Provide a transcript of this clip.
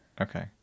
okay